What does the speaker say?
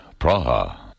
Praha